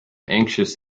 anxious